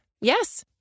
Yes